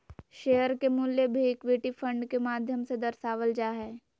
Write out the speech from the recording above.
share के मूल्य भी इक्विटी फंड के माध्यम से दर्शावल जा हय